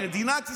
מדינת ישראל.